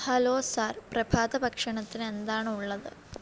hello sir പ്രഭാതഭക്ഷണത്തിന് എന്താണ് ഉള്ളത്